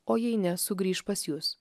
o jei ne sugrįš pas jus